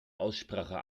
aussprache